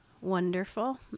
wonderful